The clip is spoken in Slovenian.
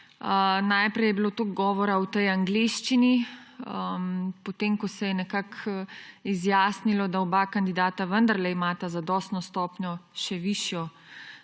najprej je bilo toliko govora o tej angleščini, potem ko se je nekako izjasnilo, da oba kandidata vendarle imata zadostno stopnjo, še višjo,